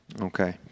Okay